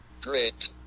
Great